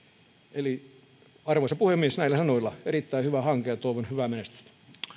arvoisa puhemies näillä sanoilla erittäin hyvä hanke ja toivon hyvää menestystä